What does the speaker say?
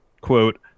Quote